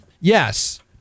yes